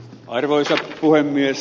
arvoisa puhemies